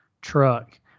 truck